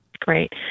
great